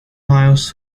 miles